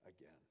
again